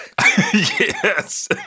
Yes